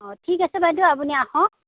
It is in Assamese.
অ ঠিক আছে বাইদেউ আপুনি আহক